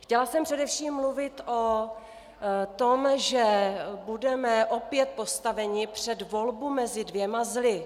Chtěla jsem především mluvit o tom, že budeme opět postaveni před volbu mezi dvěma zly.